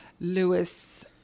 Lewis